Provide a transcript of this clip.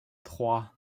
trois